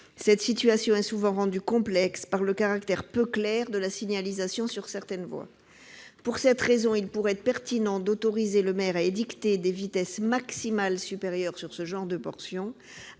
Cette situation est souvent rendue encore plus complexe par le caractère peu clair de la signalisation sur certaines voies. Pour cette raison, il pourrait être pertinent d'autoriser le maire à édicter des vitesses maximales supérieures sur ce genre de portions.